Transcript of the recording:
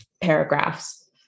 paragraphs